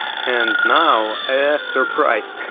and now a surprise!